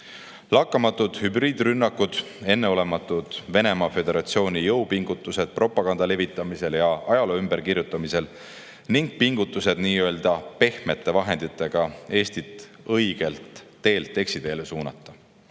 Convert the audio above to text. Lakkamatud hübriidrünnakud, Venemaa Föderatsiooni enneolematud jõupingutused propaganda levitamisel ja ajaloo ümberkirjutamisel ning pingutused nii-öelda pehmete vahenditega Eestit õigelt teelt eksiteele suunata